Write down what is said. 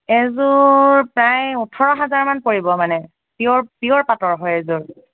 এইযোৰ প্ৰায় ওঠৰ হাজাৰমান পৰিব মানে পিয়'ৰ পিয়'ৰ পাটৰ হয় এইযোৰ